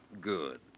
Good